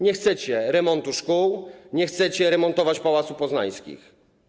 Nie chcecie remontu szkół, nie chcecie remontować pałacu Poznańskich.